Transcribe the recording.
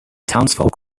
townsfolk